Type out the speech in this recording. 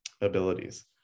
abilities